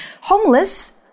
homeless